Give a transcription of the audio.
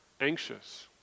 anxious